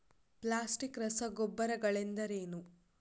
Plastic ರಸಗೊಬ್ಬರಗಳೆಂದರೇನು?